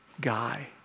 guy